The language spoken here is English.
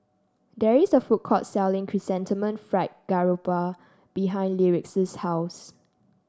there is a food court selling Chrysanthemum Fried Garoupa behind Lyric's house